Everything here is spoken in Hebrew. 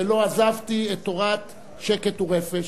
ולא עזבתי את תורת שקט ורפש.